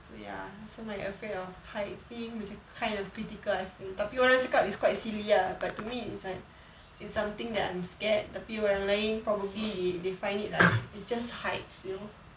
so ya so my afraid of heights thing macam is kind of critical ah I feel tapi orang cakap it's quite silly lah but to me it's like it's something that I'm scared tapi orang lain probably they they find it like it's just heights you know